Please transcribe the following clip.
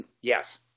Yes